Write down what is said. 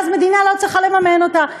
ואז המדינה לא צריכה לממן אותה.